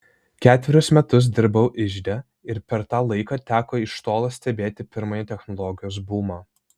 ketverius metus dirbau ižde ir per tą laiką teko iš tolo stebėti pirmąjį technologijos bumą